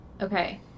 Okay